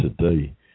today